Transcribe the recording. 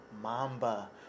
Mamba